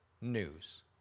news